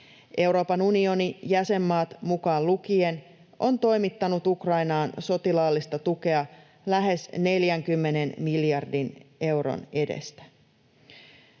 Euroopan unioni jäsenmaat mukaan lukien on toimittanut Ukrainaan sotilaallista tukea lähes 40 miljardin euron edestä.